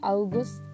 August